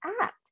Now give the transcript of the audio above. act